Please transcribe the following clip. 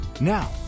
Now